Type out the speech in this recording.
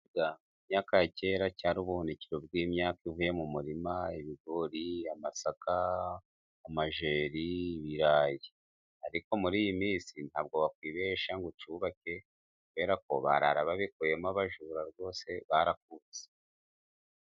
Ikigega mu myaka ya kera cyari ubuhunikiro bw'imyaka ivuye mu murima. Ibigori, amasaka, amajeri, ibirayi. Ariko muri iyi minsi ntabwo wakwibeshya ngo ucyubake kubera ko barara babikuyemo. Abajura rwose barakutse.